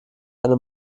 eine